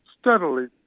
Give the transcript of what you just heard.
steadily